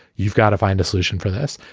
you've got to find a solution for this.